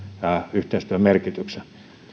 yhteistyön merkityksen